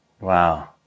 Wow